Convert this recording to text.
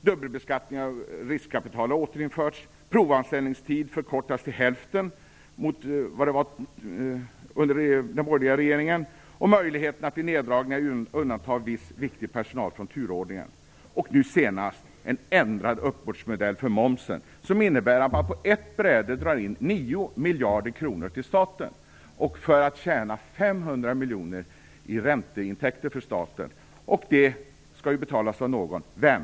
Dubbelbeskattning av riskkapital har återinförts. Provanställningstiden förkortas till hälften jämfört med under den borgerliga regeringen. Det gäller vidare möjligheten att vid neddragningar undanta viss viktig personal från turordningen och nu senast en ändrad uppbördsmodell för momsen, som innebär att man på ett bräde drar in 9 miljarder kronor till staten, för att tjäna 500 miljoner kronor i ränteintäkter för staten. Det skall betalas av någon. Av vem?